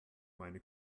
meine